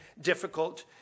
difficult